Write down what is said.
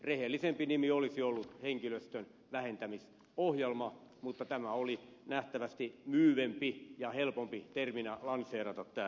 rehellisempi nimi olisi ollut henkilöstön vähentämisohjelma mutta tämä tuottavuusohjelma oli nähtävästi myyvempi ja helpompi terminä lanseerata